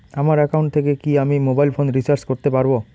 আমার একাউন্ট থেকে কি আমি মোবাইল ফোন রিসার্চ করতে পারবো?